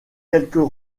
quelques